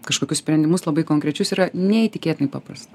kažkokius sprendimus labai konkrečius yra neįtikėtinai paprasta